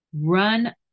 run